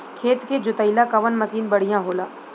खेत के जोतईला कवन मसीन बढ़ियां होला?